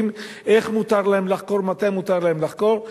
איך מותר להם לחקור ומתי מותר להם לחקור.